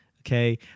okay